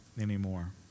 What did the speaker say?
anymore